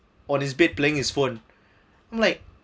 on his bed playing his phone I'm like